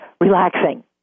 relaxing